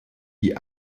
die